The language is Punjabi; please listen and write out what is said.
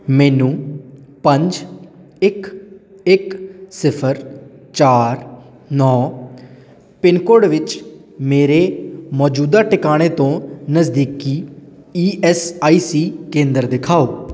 ਮੈਨੂੰ ਪੰਜ ਇੱਕ ਇੱਕ ਸਿਫ਼ਰ ਚਾਰ ਨੌ ਪਿੰਨ ਕੋਡ ਵਿੱਚ ਮੇਰੇ ਮੌਜੂਦਾ ਟਿਕਾਣੇ ਤੋਂ ਨਜ਼ਦੀਕੀ ਈ ਐੱਸ ਆਈ ਸੀ ਕੇਂਦਰ ਦਿਖਾਓ